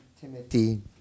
Timothy